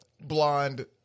blonde